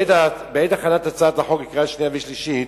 בעת הכנת הצעת החוק לקריאה שנייה ושלישית,